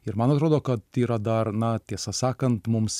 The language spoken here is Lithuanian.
ir man atrodo kad yra dar na tiesą sakant mums